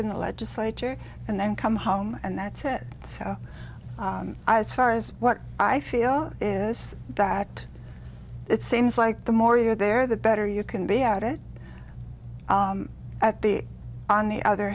in the legislature and then come home and that said so as far as what i feel is that it seems like the more you're there the better you can be at it at the on the other